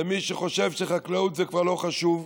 למי שחושב שחקלאות זה כבר לא חשוב,